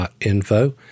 info